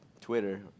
Twitter